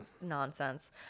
Nonsense